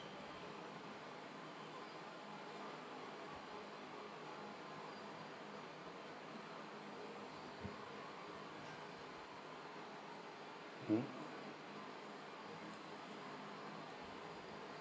mm